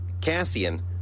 Cassian